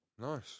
Nice